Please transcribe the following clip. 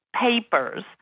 papers